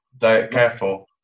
Careful